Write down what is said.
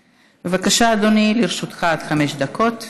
בבקשה, אדוני, לרשותך עד חמש דקות.